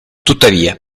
tuttavia